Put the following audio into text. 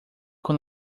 con